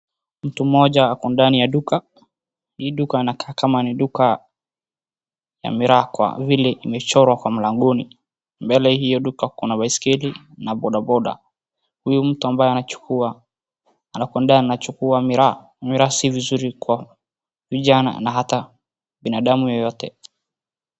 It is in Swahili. Mtu mmoja ako ndani ya duka. Hii duka inakaa kama ni duka ya miraa kawa vile imechorwa mlangoni. Mbele ya hiyo duka kuna baiskeli na bodaboda. Huyo mtu ambaye anachukua, anachukua miraa na miraa si mzuri kwa vijana na hata binadamu yeyote.